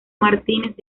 martínez